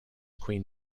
queen